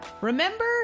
Remember